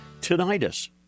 tinnitus